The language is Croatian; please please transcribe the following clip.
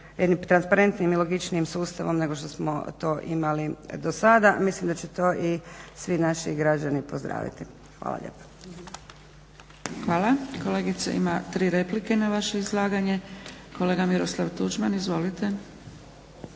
transparentnijim i logičnijim sustavom nego što smo to imali do sada. Mislim da će to i svi naši građani pozdraviti. Hvala lijepa. **Zgrebec, Dragica (SDP)** Hvala. Kolegica ima tri replike na vaše izlaganje. Kolega Miroslav Tuđman, izvolite.